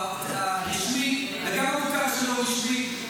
הרשמי וגם המוכר שאינו רשמי,